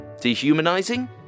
Dehumanizing